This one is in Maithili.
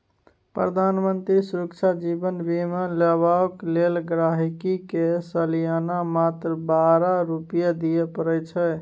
प्रधानमंत्री सुरक्षा जीबन बीमा लेबाक लेल गांहिकी के सलियाना मात्र बारह रुपा दियै परै छै